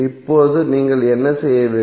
இப்போது நீங்கள் என்ன செய்ய வேண்டும்